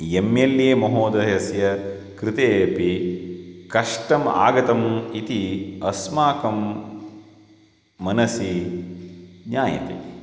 M L A महोदयस्य कृते अपि कष्टम् आगतम् इति अस्माकं मनसि ज्ञायते